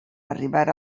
arribar